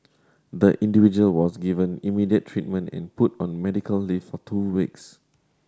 the individual was given immediate treatment and put on medical leave for two weeks